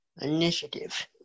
initiative